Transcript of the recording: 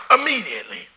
immediately